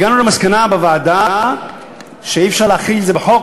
הגענו בוועדה למסקנה שאי-אפשר להחיל את זה בחוק,